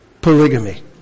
polygamy